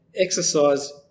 exercise